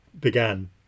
began